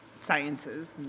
sciences